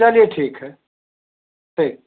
चलिए ठीक है ठीक